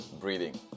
breathing